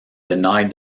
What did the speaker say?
denied